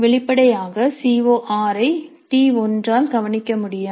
வெளிப்படையாக சி ஓ6 I T1 ஆல் கவனிக்க முடியாது